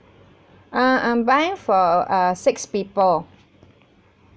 uh I'm buying for uh six people